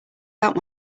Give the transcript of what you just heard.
out